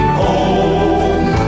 home